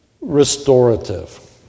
restorative